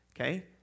okay